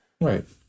Right